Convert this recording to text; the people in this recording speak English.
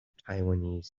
taiwanese